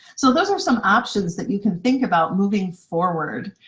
so those are some options that you can think about moving forward.